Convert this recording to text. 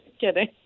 Kidding